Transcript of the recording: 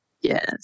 Yes